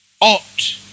ought